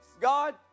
God